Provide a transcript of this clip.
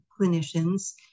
clinicians